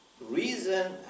reason